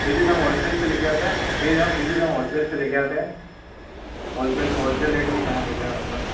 pages हम wholesale से लेके आते हैं पेज हम पेजेस हम होलसेल से लेके आते हैं होलसेल होलसेल रेट में ही हमें मिलते है मतलब